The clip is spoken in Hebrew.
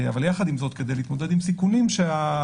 אבל יחד עם זאת כדי להתמודד עם סיכונים שעסקים